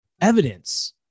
evidence